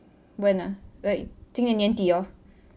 bern ah like 今年年底 lor